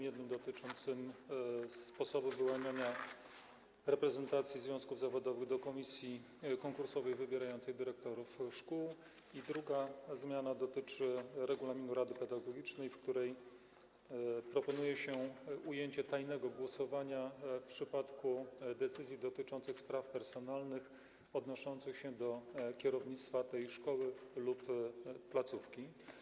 Jedna zmiana dotyczy sposobu wyłaniania reprezentacji związków zawodowych do komisji konkursowej wybierającej dyrektorów szkół, a druga - regulaminu rady pedagogicznej, w którym proponuje się ujęcie tajnego głosowania w przypadku decyzji dotyczących spraw personalnych odnoszących się do kierownictwa tej szkoły lub placówki.